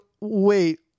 wait